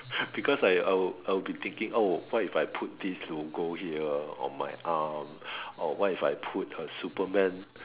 because like I would I would be thinking oh what if I put this to go here on my arm or what if I put a Superman